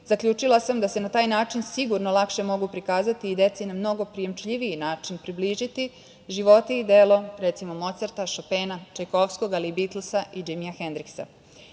zaključila sam da se na taj način sigurno lakše mogu prikazati i deci na mnogo prijemčljiviji način približiti životi i delo, recimo, Mocarta, Šopena, Čajkovskog, ali i Bitlsa i Džimija Hendriksa. Muzeji